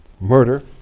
murder